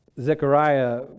Zechariah